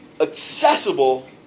accessible